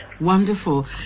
Wonderful